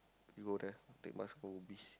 we go there take bus go Ubi